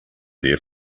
there